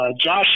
Josh